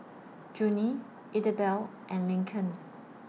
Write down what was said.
Junie Idabelle and Laken